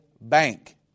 bank